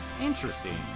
Interesting